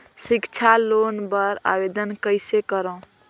सिक्छा लोन बर आवेदन कइसे करव?